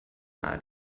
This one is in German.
nahe